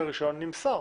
שהרישיון נמסר.